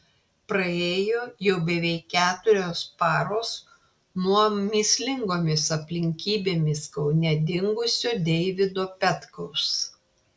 praėjo jau beveik keturios paros nuo mįslingomis aplinkybėmis kaune dingusio deivido petkaus